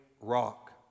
rock